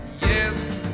yes